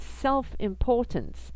self-importance